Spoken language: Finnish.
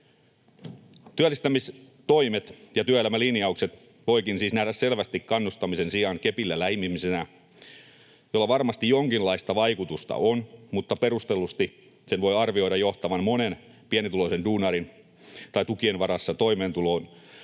Työllistämistoimet ja työelämälinjaukset voikin siis nähdä selvästi kannustamisen sijaan kepillä läimimisenä, jolla varmasti jonkinlaista vaikutusta on, mutta perustellusti sen voi arvioida johtavan monen pienituloisen duunarin tai tukien varassa toimeentulon